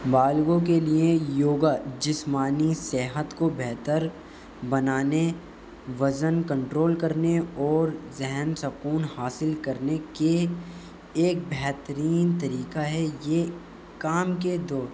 والگو کے لیے یوگا جسمانی صحت کو بہتر بنانے وزن کنٹرول کرنے اور ذہن سکون حاصل کرنے کے ایک بہترین طریقہ ہے یہ کام کے دور